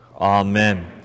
Amen